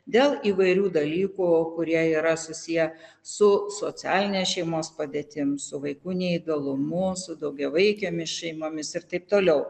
dėl įvairių dalykų kurie yra susiję su socialine šeimos padėtim su vaikų neįgalumu su daugiavaikėmis šeimomis ir taip toliau